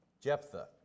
Jephthah